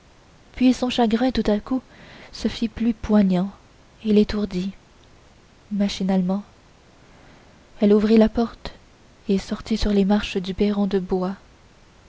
puis son chagrin tout à coup se fit plus poignant et l'étourdit machinalement elle ouvrit la porte et sortit sur les marches du perron de bois